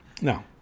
No